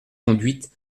conduite